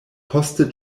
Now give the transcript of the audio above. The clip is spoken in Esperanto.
poste